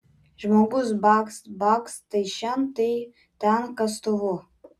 žmogus bakst bakst tai šen tai ten kastuvu